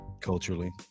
culturally